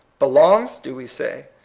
belongs, do we say?